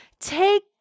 take